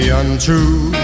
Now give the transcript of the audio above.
untrue